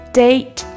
date